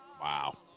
Wow